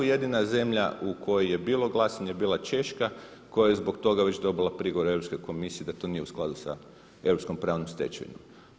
Jedina zemlja u kojoj je bilo glasanje je bila Češka koja je zbog toga već dobila prigovor Europske komisije da to nije u skladu sa europskom pravnom stečevinom.